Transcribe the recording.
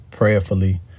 prayerfully